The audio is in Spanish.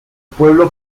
pueblo